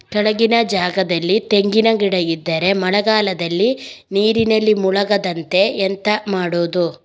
ಕೆಳಗಿನ ಜಾಗದಲ್ಲಿ ತೆಂಗಿನ ಗಿಡ ಇದ್ದರೆ ಮಳೆಗಾಲದಲ್ಲಿ ನೀರಿನಲ್ಲಿ ಮುಳುಗದಂತೆ ಎಂತ ಮಾಡೋದು?